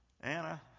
Anna